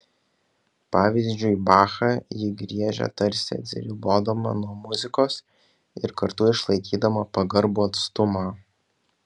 pavyzdžiui bachą ji griežia tarsi atsiribodama nuo muzikos ir kartu išlaikydama pagarbų atstumą